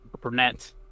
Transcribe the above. brunette